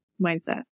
mindset